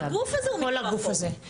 כל הגוף הזה הוא מכוח חוק.